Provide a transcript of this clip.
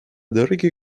дороге